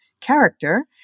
character